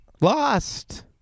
Lost